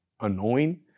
annoying